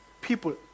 people